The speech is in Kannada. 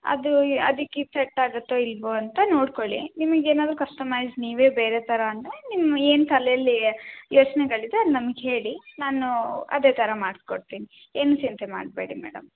ಅದು ಇ ಅದಕ್ಕೆ ಇದು ಸೆಟ್ ಆಗುತ್ತೋ ಇಲ್ಲವೋ ಅಂತ ನೋಡ್ಕೊಳ್ಳಿ ನಿಮಗ್ ಏನಾದರು ಕಸ್ಟಮೈಝ್ ನೀವೇ ಬೇರೆ ಥರ ಅಂದರೆ ನಿಮ್ಗೆ ಏನು ತಲೆಯಲ್ಲಿ ಯೋಚನೆಗಳಿದೆ ಅದು ನಮ್ಗೆ ಹೇಳಿ ನಾನು ಅದೇ ಥರ ಮಾಡ್ಸಿ ಕೊಡ್ತೀನಿ ಏನು ಚಿಂತೆ ಮಾಡಬೇಡಿ ಮೇಡಮ್